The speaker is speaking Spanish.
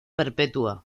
perpetua